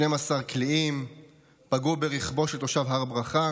12 קליעים פגעו ברכבו של תושב הר ברכה